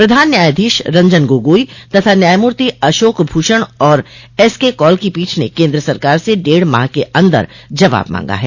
प्रधान न्यायाधीश रंजन गोगोई तथा न्यायमूर्ति अशोक भूषण और एसके कौल की पीठ ने केंद्र सरकार से डेढ़ माह के अन्दर जवाब मांगा है